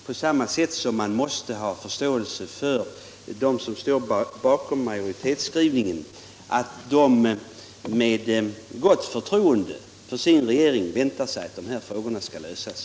På samma sätt måste man ha förståelse för att de som med fullt förtroende för sin regering står bakom majoritetens skrivning väntar sig att dessa problem skall lösas.